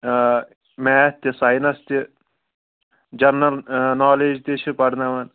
آ میتھ تہِ ساینَس تہِ جَنرل نالیج تہِ چھِ پَرناوان